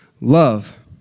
love